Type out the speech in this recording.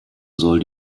soll